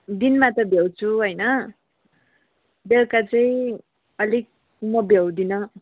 दिनमा त भ्याउँछु होइन बेलुका चाहिँ अलिक म भ्याउँदिनँ